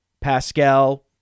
Pascal